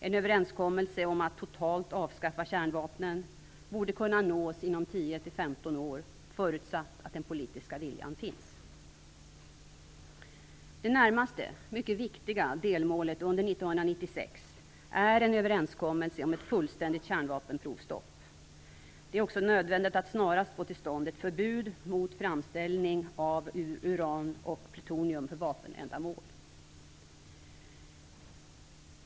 En överenskommelse om att totalt avskaffa kärnvapnen borde kunna nås inom 10-15 år, förutsatt att den politiska viljan finns. Det närmaste, mycket viktiga delmålet under 1996 är en överenskommelse om ett fullständigt kärnvapenprovstopp. Det är också nödvändigt att snarast få till stånd ett förbud mot framställning av uran och plutonium för vapenändamål.